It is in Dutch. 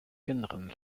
kinderen